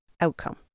outcome